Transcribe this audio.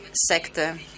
sector